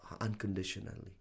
unconditionally